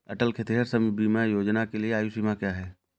अटल खेतिहर श्रम बीमा योजना के लिए आयु सीमा क्या है?